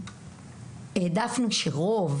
העדפנו שרוב